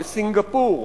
בסינגפור,